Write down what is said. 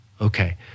Okay